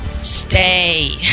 stay